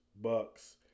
Bucks